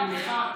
מיכל,